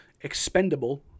expendable